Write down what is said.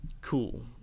Cool